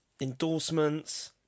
endorsements